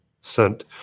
sent